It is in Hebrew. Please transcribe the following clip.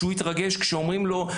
שהוא יתרגש כשאומרים לו,